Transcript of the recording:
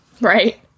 Right